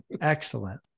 Excellent